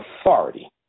authority